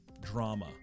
drama